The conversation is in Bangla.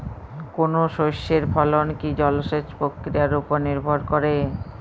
কোনো শস্যের ফলন কি জলসেচ প্রক্রিয়ার ওপর নির্ভর করে?